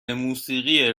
موسیقی